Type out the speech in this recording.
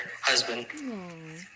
husband